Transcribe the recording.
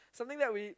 something that we